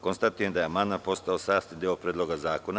Konstatujem da je amandman postao sastavni deo Predloga zakona.